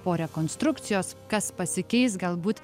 po rekonstrukcijos kas pasikeis galbūt